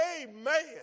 amen